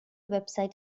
website